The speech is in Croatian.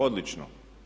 Odlično!